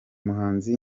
muhanzi